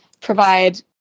provide